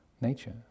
nature